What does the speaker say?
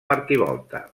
arquivolta